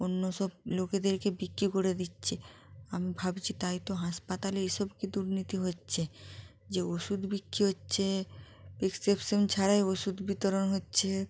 অন্য সব লোকেদেরকে বিক্রি করে দিচ্ছে আমি ভাবছি তাই তো হাসপাতালে এই সব কি দুর্নীতিহচ্ছে যে ওষুধ বিক্রি হচ্ছে প্রেসকিপশান ছাড়াই ওষুধ বিতরণ হচ্ছে